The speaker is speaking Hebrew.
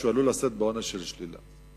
שהוא עלול לשאת בעונש של שלילה.